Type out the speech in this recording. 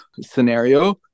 scenario